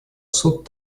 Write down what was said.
суд